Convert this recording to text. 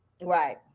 right